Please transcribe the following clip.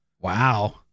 Wow